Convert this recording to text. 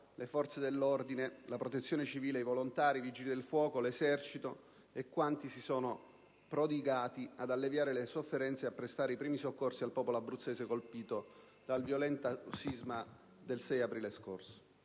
le forze dell'ordine, la Protezione civile, i volontari, i Vigili del fuoco, l'Esercito e quanti si sono prodigati ad alleviare le sofferenze e a prestare i primi soccorsi al popolo abruzzese colpito dal violento sisma del 6 aprile scorso.